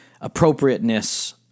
appropriateness